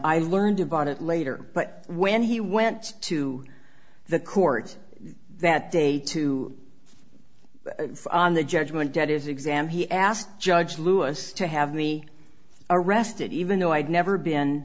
i learned about it later but when he went to the court that day too on the judgment dead is exam he asked judge lewis to have me arrested even though i'd never been